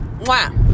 Wow